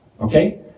Okay